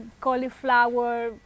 cauliflower